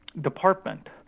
department